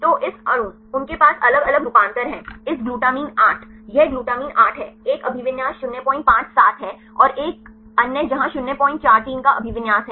तो इस अणु उनके पास अलग अलग रूपांतर हैं इस ग्लूटामाइन 8 यह ग्लूटामाइन 8 है एक अभिविन्यास 057 है और एक अन्य जहां 043 का अभिविन्यास है